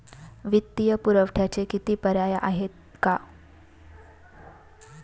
वित्तीय पुरवठ्याचे किती पर्याय आहेत का?